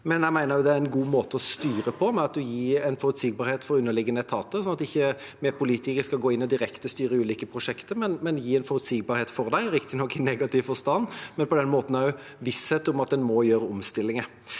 men jeg mener også det er en god måte å styre på, ved at en gir en forutsigbarhet for underliggende etater – at vi politikere ikke skal gå inn og direktestyre ulike prosjekter, men gi dem forutsigbarhet, riktignok i negativ forstand, men på den måten visshet om at en må gjøre omstillinger.